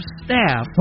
staff